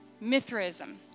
Mithraism